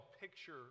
picture